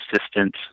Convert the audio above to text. assistant